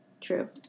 True